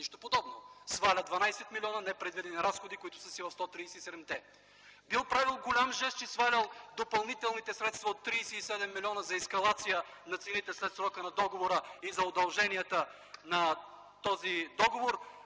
Нищо подобно! Сваля 12 милиона непредвидени разходи, които са си в 137-те. Бил правил голям жест, че свалял допълнителните средства от 37 милиона за ескалация на цените след срока на договора и за удълженията на този договор